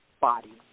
body